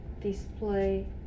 display